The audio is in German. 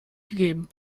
gegeben